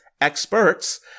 experts